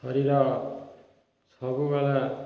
ଶରୀର ସବୁବେଳେ